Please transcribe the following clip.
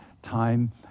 time